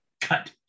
Cut